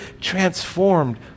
transformed